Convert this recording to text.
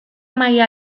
maila